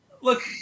Look